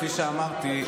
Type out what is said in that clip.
כפי שאמרתי,